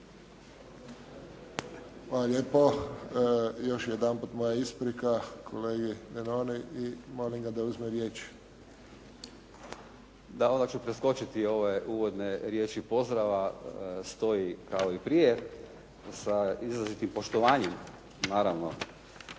lijepo. Još jedanput moja isprika kolegi Denoni i molim ga da uzme riječ. **Denona, Luka (SDP)** Da ovo ću preskočiti ove uvodne riječi pozdrava stoji kao i prije sa izrazitim poštovanjem naravno.